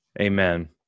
Amen